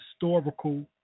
historical